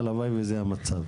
הלוואי וזה המצב.